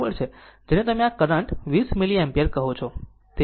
અને જેને તમે આ કરંટ 20 મિલ એમ્પીયર કહો છો